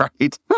Right